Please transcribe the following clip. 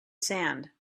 sand